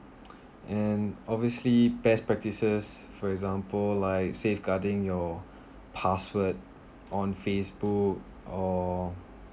and obviously best practices for example like safeguarding your password on facebook or